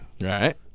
Right